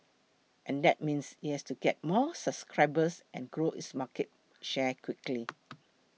and that means it has to get more subscribers and grow its market share quickly